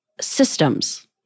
systems